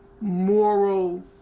moral